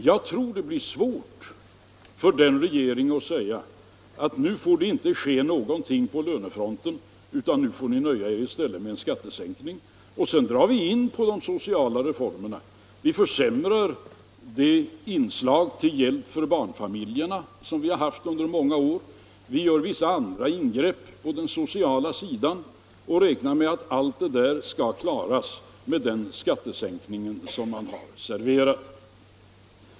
Jag tror det blir svårt för den danska regeringen att säga: Nu får det inte ske någonting på lönefronten, utan nu får ni i stället nöja er med en skattesänkning, och sedan drar vi in på de sociala reformerna! Man säger alltså i Danmark: Vi försämrar det inslag till hjälp för barnfamiljerna som har funnits under många år, och vi gör vissa andra ingrepp på den sociala sidan. Vi räknar med att allt det där skall kunna klaras med den skattesänkning som vi har serverat.